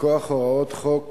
מכוח הוראות חוק